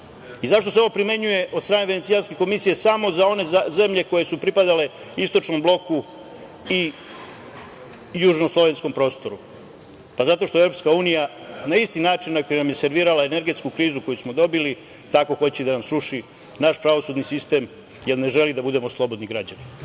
i zašto se ovo primenjuje od strane Venecijanske komisije samo za one zemlje koje su pripadale istočnom bloku i južno-slovenskom prostoru. Pa, zato što EU na isti način na koji vam je servirala energetsku krizu koju smo dobili, tako hoće da nam sruši i naš pravosudni sistem, jer ne želi da budemo slobodni građani.